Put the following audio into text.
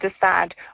decide